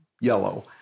yellow